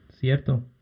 Cierto